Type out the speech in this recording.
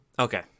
Okay